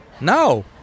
No